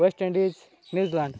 West Indies New Zealand